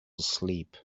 asleep